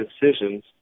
decisions